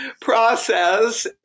process